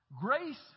Grace